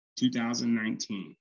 2019